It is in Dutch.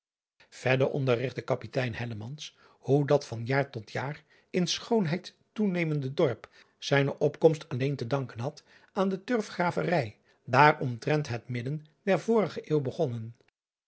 ervormden onderrigtte apitein hoe dat van jaar tot jaar in schoonheid toenemende dorp zijne opkomst alleen te danken had aan de turfgraverij daar omtrent het midden der vorige eeuw begonnen